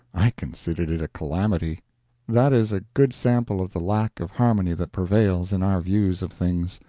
i considered it a calamity that is a good sample of the lack of harmony that prevails in our views of things.